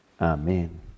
Amen